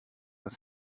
das